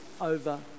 over